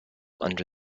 under